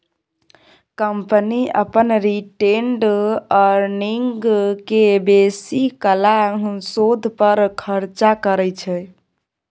company अपन retained earning केँ basically शोध पर खरचा करय छै